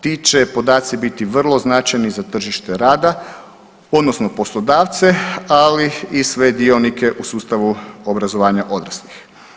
Ti će podaci biti vrlo značajni za tržište rada, odnosno poslodavce, ali i sve dionike u sustavu obrazovanja odraslih.